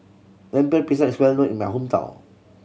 Lemper Pisang is well known in my hometown